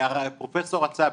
היה פרופ' רצאבי,